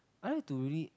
I like to really